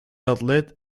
outlet